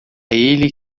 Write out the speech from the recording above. ele